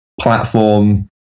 platform